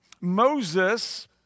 Moses